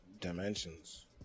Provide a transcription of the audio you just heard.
dimensions